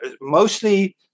mostly